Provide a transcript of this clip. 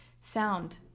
Sound